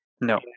No